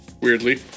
weirdly